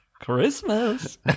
Christmas